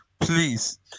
please